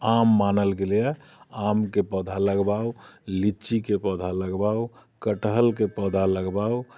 आम मानल गेलैए आमके पौधा लगवाउ लिचीके पौधा लगवाउ कटहरके पौधा लगवाउ